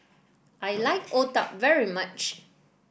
I like Otah very much